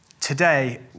today